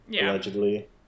allegedly